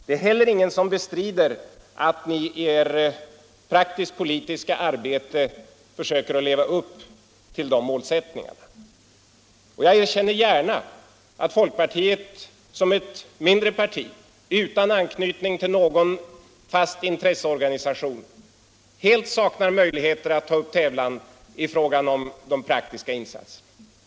Det är heller ingen som bestrider att ni i ert praktiskt-politiska arbete försöker leva upp till de målsättningarna. Jag erkänner gärna att folkpartiet, som är ett mindre parti utan anknytning till någon fast intresseorganisation, helt saknar möjligheter att ta upp tävlan när det gäller de praktiska insatserna.